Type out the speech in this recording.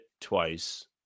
twice